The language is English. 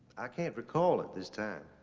i can't recall at this time.